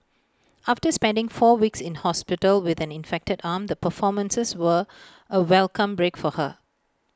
after spending four weeks in hospital with an infected arm the performances were A welcome break for her